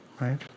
right